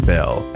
Bell